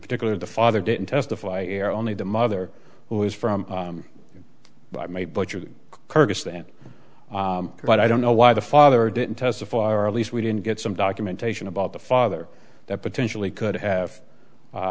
particular the father didn't testify air only the mother who is from what you kurdistan but i don't know why the father didn't testify or at least we didn't get some documentation about the father that potentially could have